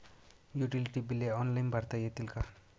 Utility बिले online भरता येतील का?